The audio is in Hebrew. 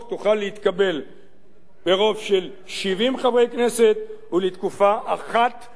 ברוב של 70 חברי כנסת ולתקופה אחת בת חמש שנים.